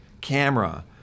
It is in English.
camera